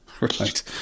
Right